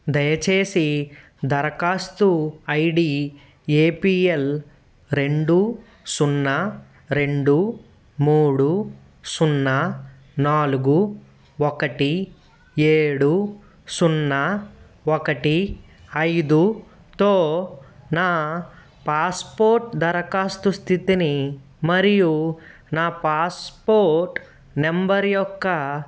దయచేసి దరఖాస్తు I D A P L రెండు సున్నా రెండు మూడు సున్నా నాలుగు ఒకటి ఏడు సున్నా ఒకటి ఐదుతో నా పాస్పోర్ట్ దరఖాస్తు స్థితిని మరియు నా పాస్పోర్ట్ నంబర్ యొక్క